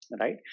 Right